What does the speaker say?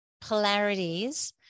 polarities